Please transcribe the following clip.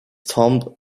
tomb